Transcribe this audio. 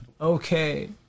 Okay